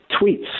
tweets